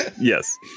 yes